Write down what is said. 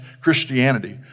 Christianity